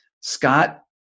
Scott